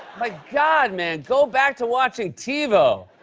my god, man, go back to watching tivo.